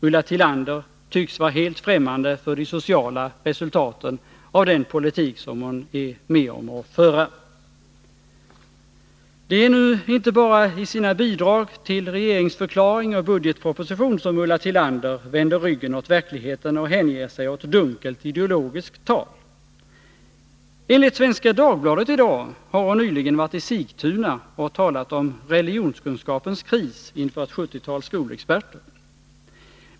Ulla Tillander tycks vara helt fträmmande för de sociala resultaten av den politik som hon är med om att föra. Det är nu inte bara i sina bidrag till regeringsförklaring och budgetproposition som Ulla Tillander vänder ryggen åt verkligheten och hänger sig åt dunkelt ideologiskt tal. Enligt Svenska Dagbladet i dag har hon nyligen varit i Sigtuna och talat om religionskunskapens kris inför ett 70-tal skolexperter.